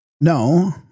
No